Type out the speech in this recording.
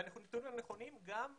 הנתונים האלה נכונים גם 10,